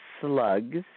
slugs